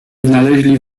znaleźli